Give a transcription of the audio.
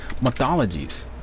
mythologies